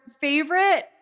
favorite